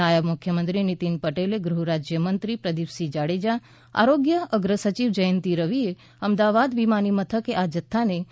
નાયબ મુખ્યમંત્રી નીતીન પટેલ ગૃહરાજ્ય મંત્રી પ્રદીપસિંહ જાડેજા આરોગ્ય અગ્રસચિવ જયંતી રવિએ અમદાવાદ વિમાની મથકે આ જથ્થાને સ્વીકાર્યો હતો